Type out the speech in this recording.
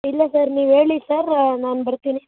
ಇಲ್ಲ ಸರ್ ನೀವು ಹೇಳಿ ಸರ್ ನಾನು ಬರ್ತೀನಿ